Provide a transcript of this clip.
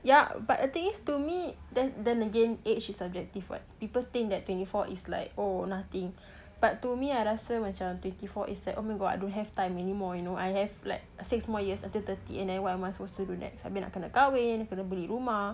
ya but the thing is to me then then again age is subjective what people think that twenty four is like oh nothing but to me I rasa macam twenty four is like oh my god I don't have time anymore you know I have like six more years until thirty and then what am I supposed to do next I mean I kena kahwin kena beli rumah